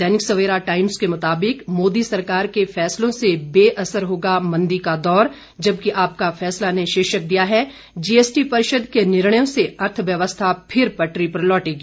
दैनिक Savera Times के मुताबिक मोदी सरकार के फैसलों से बेअसर होगा मंदी का दौर जबकि आपका फैसला ने शीर्षक दिया है जीएसटी परिषद के निर्णयों से अर्थव्यवस्था फिर पटरी पर लौटेगी